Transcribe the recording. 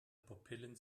pupillen